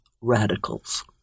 radicals